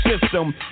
system